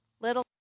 little